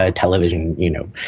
ah television, you know,